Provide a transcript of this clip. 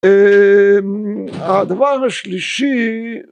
הדבר השלישי